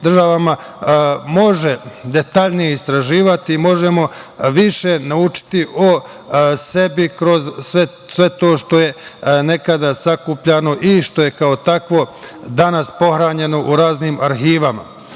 može detaljnije istraživati i možemo više naučiti o sebi kroz sve to što je nekada sakupljano i što je kao takvo danas pohranjeno u raznim arhivama. Ovde,